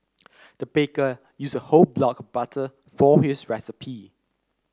the baker used a whole block butter for this recipe